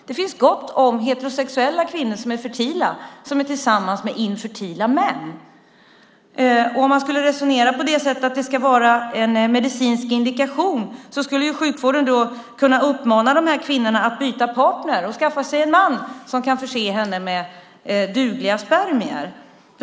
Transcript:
Det finns gott om heterosexuella kvinnor som är fertila men som är tillsammans med infertila män. Om man skulle resonera på det sättet att det skulle vara en medicinsk indikation skulle ju sjukvården kunna uppmana de här kvinnorna att byta partner och skaffa sig män som kan förse dem med dugliga spermier.